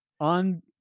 on